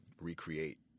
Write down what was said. recreate